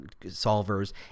solvers